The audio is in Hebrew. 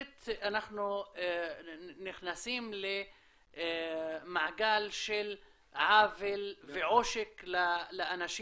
אנחנו נכנסים למעגל של עוול ועושק לאנשים.